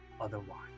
otherwise